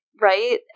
Right